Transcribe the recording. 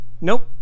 Nope